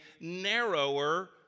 narrower